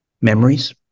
memories